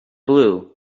blue